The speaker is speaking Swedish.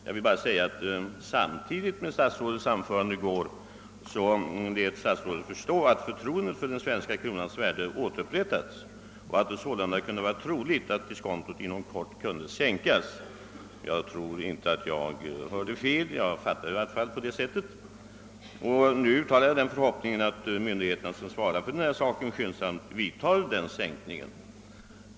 Jag vill bara säga att statsrådet i sitt anförande i går lät förstå, att förtroendet för den svenska kronans värde åter upprättats och att det sålunda skulle vara troligt, att diskontot inom kort kunde sänkas. Jag tror inte att jag hörde fel; jag uppfattade i varje fall finansministern på det sättet. Nu uttalar jag den förhoppningen, att de myndigheter som svarar för denna sak skyndsamt vidtar en sänkning av diskontot.